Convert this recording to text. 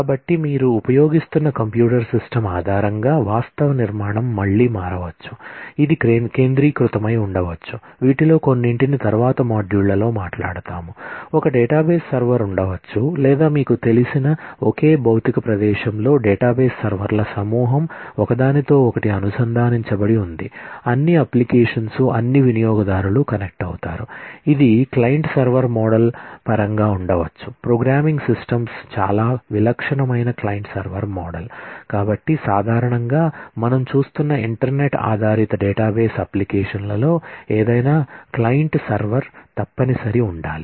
కాబట్టి మీరు ఉపయోగిస్తున్న కంప్యూటర్ సిస్టమ్ ల్లో ఏదైనా క్లయింట్ సర్వర్ తప్పనిసరి ఉండాలి